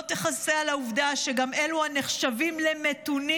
לא תכסה על העובדה שגם אלו הנחשבים למתונים